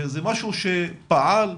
זה משהו שפעל,